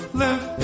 live